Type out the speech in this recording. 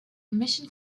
emission